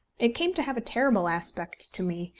it came to have a terrible aspect to me,